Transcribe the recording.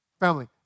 Family